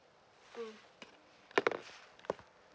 mm